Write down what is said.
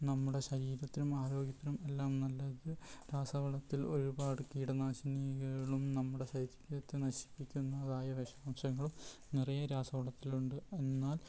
നമ്മുടെ ശരീരത്തിനും ആരോഗ്യത്തിനും എല്ലാം നല്ലത് രാസവളത്തിൽ ഒരുപാട് കീടനാശിനികളും നമ്മുടെ ശരീരത്തെ നശിപ്പിക്കുന്നതായ വിഷാംശങ്ങളും നിറയെ രാസവളത്തിലുണ്ട് എന്നാൽ